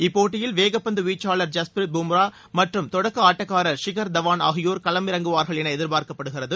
இப்போட்டியில் வேகப்பந்து வீச்சாளர் ஜஸ்பிரித் பூம்ரா மற்றும் தொடக்க ஆட்டக்காரர் ஷகர்தவான் ஆகியோர் களம் இறங்குவார்கள் என எதிர்பார்க்கப்படுகிறது